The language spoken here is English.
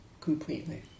completely